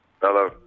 hello